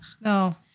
No